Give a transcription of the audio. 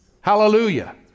Hallelujah